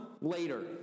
later